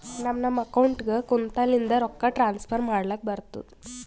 ನಮ್ ನಮ್ ಅಕೌಂಟ್ಗ ಕುಂತ್ತಲಿಂದೆ ರೊಕ್ಕಾ ಟ್ರಾನ್ಸ್ಫರ್ ಮಾಡ್ಲಕ್ ಬರ್ತುದ್